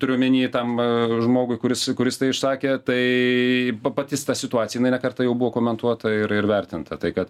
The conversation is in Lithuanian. turiu omeny tam žmogui kuris kuris tai išsakė tai patis ta situacija inai ne kartą jau buvo komentuota ir ir vertinta tai kad